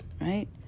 right